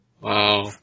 Wow